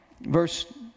verse